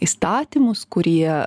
įstatymus kurie